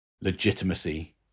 legitimacy